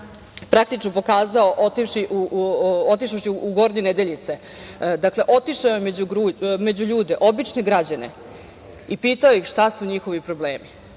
praktično pokazao otišavši u Gornje Nedeljice. Dakle, otišao je među ljude, obične građane i pitao ih šta su njihovi problemi.